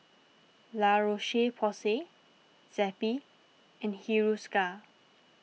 La Roche Porsay Zappy and Hiruscar